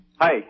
Hi